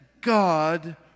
God